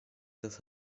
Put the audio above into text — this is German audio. das